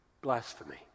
Blasphemy